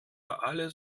alle